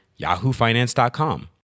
yahoofinance.com